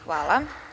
Hvala.